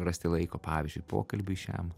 rasti laiko pavyzdžiui pokalbiui šiam